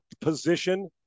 position